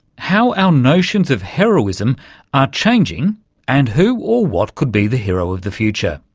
how our notions of heroism are changing and who, or what, could be the hero of the future.